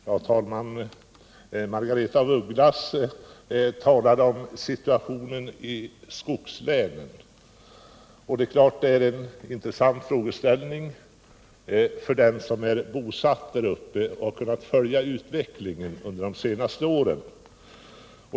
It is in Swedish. Herr talman! Margaretha af Ugglas talade om situationen i skogslänen. Det är klart att detta är en intressant frågeställning för den som är bosatt där uppe och har kunnat följa utvecklingen under de senaste åren.